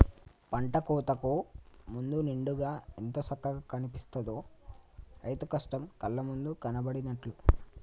పంట కోతకు ముందు నిండుగా ఎంత సక్కగా కనిపిత్తదో, రైతు కష్టం కళ్ళ ముందు కనబడినట్టు